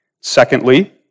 Secondly